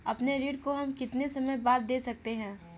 अपने ऋण को हम कितने समय बाद दे सकते हैं?